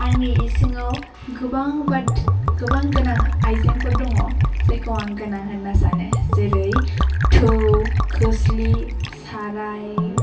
आंनि इसिङाव गोबां बाथ गोबां गोनां आयजेंफोर दङ जायखौ आं गोनां होन्ना सानो जेरै थौ खोस्लि साराय